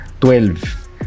Twelve